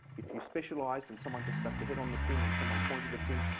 if you specialized and someone just stuck the head on the pin and someone pointed the pin,